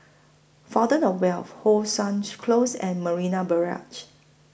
Fountain of Wealth How Sun Close and Marina Barrage